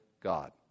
God